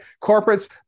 Corporate's